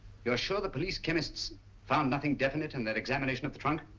you're sure the police chemist found nothing definite in their examination of the trunk?